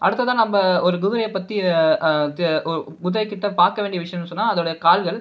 அடுத்ததாக நம்ம ஒரு குதிரையை பற்றி குதிரைக்கிட்ட பார்க்க வேண்டிய விஷயம்னு சொன்னால் அதோடய கால்கள்